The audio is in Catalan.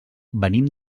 venim